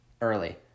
Early